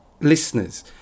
listeners